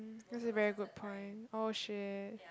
that's a very good point oh shit